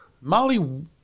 Molly